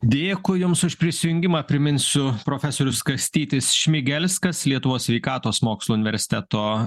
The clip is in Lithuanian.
dėkui jums už prisijungimą priminsiu profesorius kastytis šmigelskas lietuvos sveikatos mokslų universiteto